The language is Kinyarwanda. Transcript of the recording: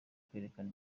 kwerekana